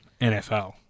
NFL